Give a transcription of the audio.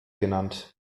genannt